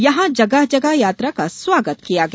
यहां जगह जगह यात्रा का स्वागत किया गया